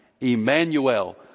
Emmanuel